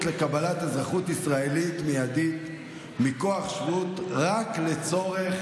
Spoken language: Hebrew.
לקבלת אזרחות ישראלית מיידית מכוח שבות רק לצורך